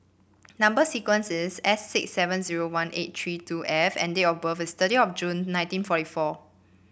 number sequence is S six seven zero one eight three two F and date of birth is thirty of June nineteen forty four